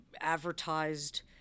advertised